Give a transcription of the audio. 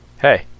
Hey